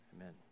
amen